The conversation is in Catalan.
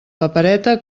papereta